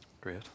Great